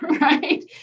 Right